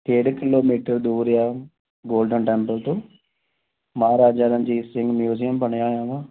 ਡੇਢ ਕਿਲੋਮੀਟਰ ਦੂਰ ਆ ਗੋਲਡਨ ਟੈਂਪਲ ਤੋਂ ਮਹਾਰਾਜਾ ਰਣਜੀਤ ਸਿੰਘ ਮਿਊਜੀਅਮ ਬਣਿਆ ਹੋਇਆ ਨਾ